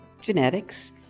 genetics